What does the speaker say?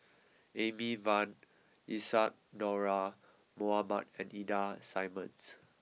Amy Van Isadhora Mohamed and Ida Simmons